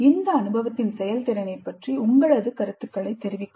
இந்த அனுபவத்தின் செயல்திறனை பற்றி உங்களது கருத்துக்களை தெரிவிக்கவும்